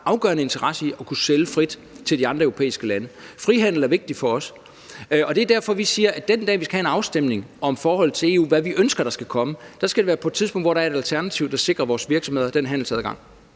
afgørende interesse i at kunne sælge deres varer frit til de andre europæiske lande. Frihandel er vigtig for os, og det er derfor, vi siger, at den dag, vi skal have en afstemning om forholdet til EU, hvilket vi ønsker skal komme, skal det være på et tidspunkt, hvor der er et alternativ, der sikrer vores virksomheder den handelsadgang.